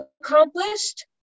accomplished